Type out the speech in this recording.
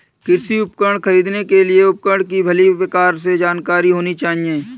कृषि उपकरण खरीदने के लिए उपकरण की भली प्रकार से जानकारी होनी चाहिए